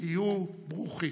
היו ברוכים.